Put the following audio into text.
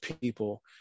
people